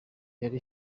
yari